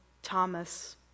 Thomas